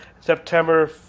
September